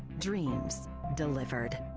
dreams delivered.